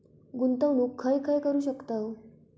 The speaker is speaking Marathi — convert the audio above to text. गुंतवणूक खय खय करू शकतव?